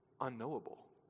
unknowable